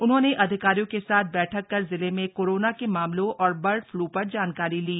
उन्होंने अधिकारियों के साथ बैठक की कर जिले में कोरोना के मामलों और बर्ड फ़्लू पर जानकारी ली